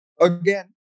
again